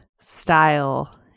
style